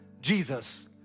Jesus